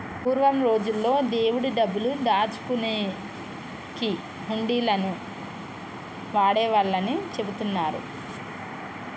పూర్వం రోజుల్లో దేవుడి డబ్బులు దాచుకునేకి హుండీలను వాడేవాళ్ళని చెబుతున్నరు